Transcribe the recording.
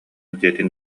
дьиэтин